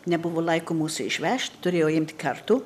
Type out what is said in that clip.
nebuvo laiko mūsų išvežt turėjo imt kartu